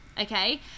Okay